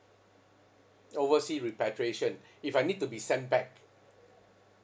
overseas repatriation if I need to be sent back